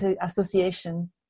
association